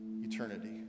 eternity